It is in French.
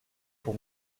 pour